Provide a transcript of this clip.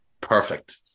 perfect